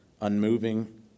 unmoving